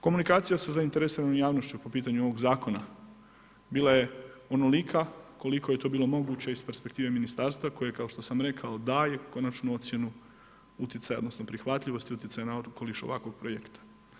Komunikacija sa zainteresiranom javnošću po pitanju ovog Zakona bila je onolika koliko je to bilo moguće iz perspektive Ministarstva, koje kao što sam rekao, daje konačnu ocjenu utjecaja odnosno prihvatljivosti utjecaja na okoliš ovakvog projekta.